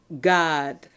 God